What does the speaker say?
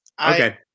Okay